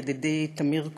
ידידי טמיר כהן,